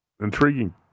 intriguing